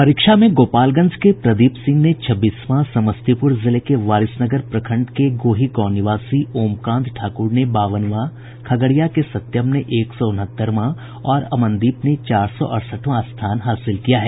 परीक्षा में गोपालगंज के प्रदीप सिंह ने छब्बीसवां समस्तीपुर जिले के बारिसनगर प्रखंड के गोही गांव निवासी ओमकांत ठाकुर ने बावनवां स्थान खगड़िया के सत्यम ने एक सौ उनहत्तरवां और अमनदीप ने चार सौ अड़सठवां स्थान हासिल किया है